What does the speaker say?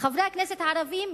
חברי הכנסת ערבים,